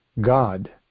God